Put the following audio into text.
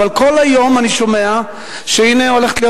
אבל כל היום אני שומע שהנה הולכת להיות